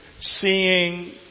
seeing